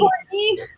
Courtney